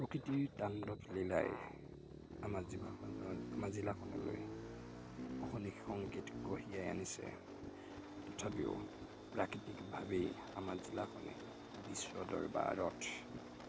প্ৰকৃতিৰ তাণ্ডৱলীলাই আমাৰ জীৱাখন আমাৰ জিলাখনলৈ অশনি সংকেত কঢ়িয়াই আনিছে তথাপিও প্ৰাকৃতিকভাৱেই আমাৰ জিলাখনে বিশ্ব দৰবাৰত